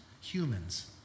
humans